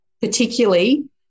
particularly